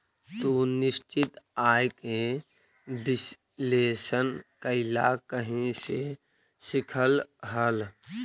तू निश्चित आय के विश्लेषण कइला कहीं से सीखलऽ हल?